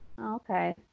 Okay